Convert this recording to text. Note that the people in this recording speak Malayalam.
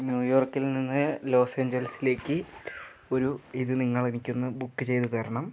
ന്യൂയോർക്കിൽനിന്ന് ലോസ് ഏഞ്ചൽസിലേക്ക് ഒരു ഇത് നിങ്ങളെനിക്കൊന്ന് ബുക്ക് ചെയ്ത് തരണം